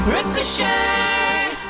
Ricochet